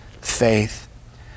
Faith